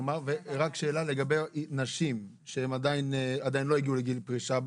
ורק שאלה לגבי נשים שהן עדיין לא הגיעו לגיל פרישה.